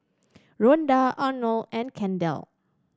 Ronda Armond and Kendell